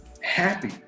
happy